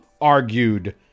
argued